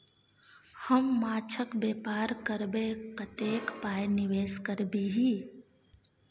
हम माछक बेपार करबै कतेक पाय निवेश करबिही?